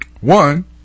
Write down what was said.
One